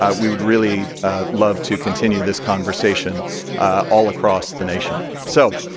um we would really love to continue this conversation all across the nation. so,